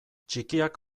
txikiak